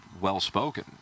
well-spoken